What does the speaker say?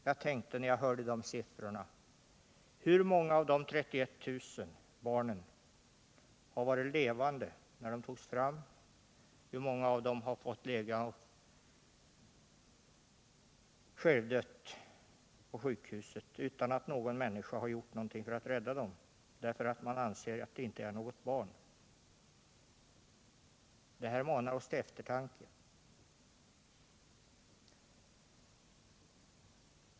Jag tänkte när jag hörde uppgiften om antalet: Hur många av de barnen har varit levande när de togs fram? Hur många har fått ligga och självdö på sjukhusen utan att någon människa gjort något för att rädda dem, därför att man anser att de inte är barn? Detta manar oss till eftertanke.